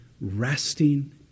Resting